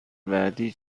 بعدی